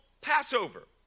Passover